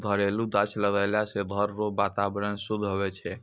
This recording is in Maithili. घरेलू गाछ लगैलो से घर रो वातावरण शुद्ध हुवै छै